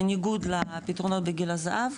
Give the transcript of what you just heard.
בניגוד לפתרונות בבית גיל הזהב,